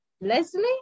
Leslie